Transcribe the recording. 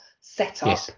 setup